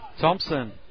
Thompson